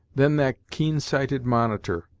then that keen-sighted monitor,